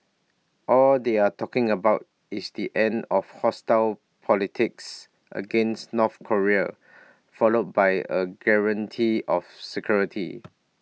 all they are talking about is the end of hostile politics against North Korea followed by A guarantee of security